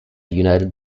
united